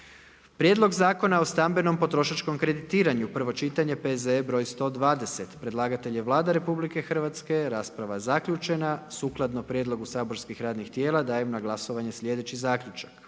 prijedlog Zakona o sigurnosnoj zaštiti pomorskih brodova i luka, prvo čitanje P.Z.E. br. 143. Predlagatelj je Vlada Republike Hrvatske. Rasprava je zaključena. Sukladno prijedlogu saborskih radnih tijela, dajem na glasovanje sljedeći zaključak: